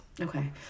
Okay